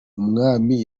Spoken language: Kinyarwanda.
umwami